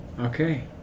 Okay